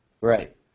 right